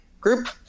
group